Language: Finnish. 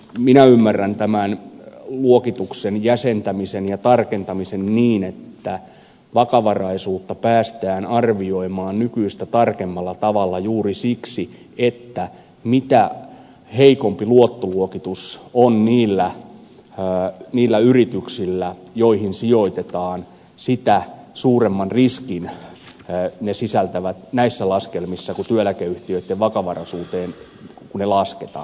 minä ymmärrän luokituksen jäsentämisen ja tarkentamisen niin että vakavaraisuutta päästään arvioimaan nykyistä tarkemmalla tavalla juuri siksi että mitä heikompi luottoluokitus on niillä yrityksillä joihin sijoitetaan sitä suuremman riskin ne sisältävät näissä laskelmissa kun ne työeläkeyhtiöitten vakavaraisuuteen lasketaan